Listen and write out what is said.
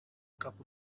cup